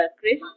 Chris